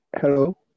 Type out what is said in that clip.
Hello